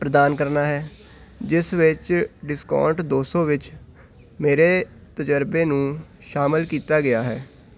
ਪ੍ਰਦਾਨ ਕਰਨਾ ਹੈ ਜਿਸ ਵਿੱਚ ਡਿਸਕਾਊਂਟ ਦੋ ਸੌ ਵਿੱਚ ਮੇਰੇ ਤਜ਼ਰਬੇ ਨੂੰ ਸ਼ਾਮਿਲ ਕੀਤਾ ਗਿਆ ਹੈ